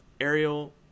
ariel